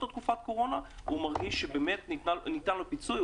תקופת הקורונה הוא מרגיש שניתן לו פיצוי,